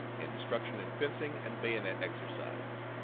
instruction in fencing and bayonet exercise.